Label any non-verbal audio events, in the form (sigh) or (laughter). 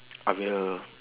(noise) I will